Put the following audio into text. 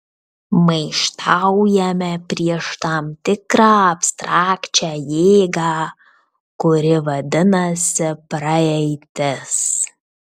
maištaujame prieš tam tikrą abstrakčią jėgą kuri vadinasi praeitis